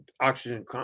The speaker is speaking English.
oxygen